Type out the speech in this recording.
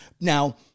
Now